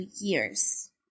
years